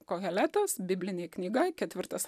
koheleto biblinė knyga ketvirtas